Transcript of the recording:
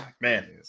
man